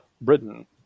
Britain